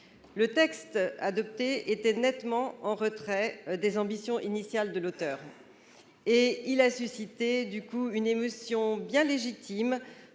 Le texte adopté était nettement en retrait des ambitions initiales de l'auteur, ce qui a suscité une émotion bien légitime